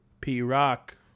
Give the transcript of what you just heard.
p-rock